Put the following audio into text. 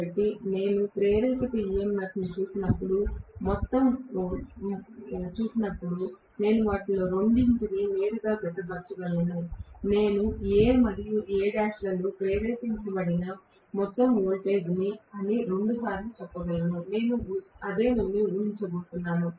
కాబట్టి నేను ప్రేరేపిత EMF ని చూసినప్పుడు నేను వాటిలో రెండింటిని నేరుగా జతపరచగలను నేను A మరియు Al లలో ప్రేరేపించబడిన మొత్తం వోల్టేజ్ అని రెండుసార్లు చెప్పగలను అదే నేను ఊహించబోతున్నాను